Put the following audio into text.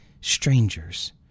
strangers